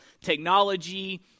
technology